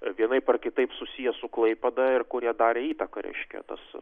vienaip ar kitaip susiję su klaipėda ir kurie darė įtaką reiškia tas